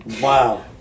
Wow